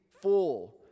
full